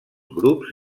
grups